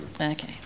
Okay